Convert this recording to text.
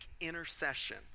intercession